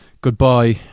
goodbye